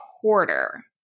quarter